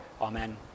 Amen